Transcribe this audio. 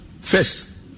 First